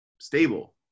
stable